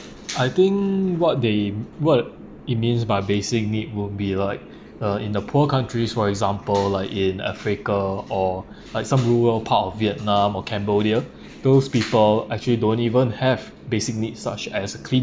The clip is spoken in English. I think what they what it means by basic need will be like uh in the poor countries for example like in africa or like some rural part of vietnam or cambodia those people actually don't even have basic needs such as a clean